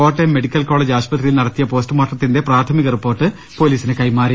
Kottayam medical college ആശുപത്രിയിൽ നടത്തിയ പോസ്റ്റ്മോർട്ടത്തിന്റെ പ്രാഥ മിക റിപ്പോർട്ട് പോലീസിന് കൈമാറി